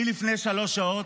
אני, לפני שלוש שעות,